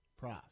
Prof